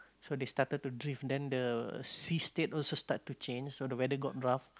so they started to drift then the sea state also start to change so the weather got rough